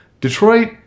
Detroit